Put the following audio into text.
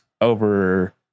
over